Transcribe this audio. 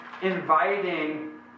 inviting